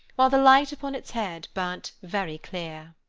while the light upon its head burnt very clear.